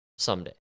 Someday